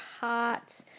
hot